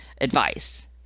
advice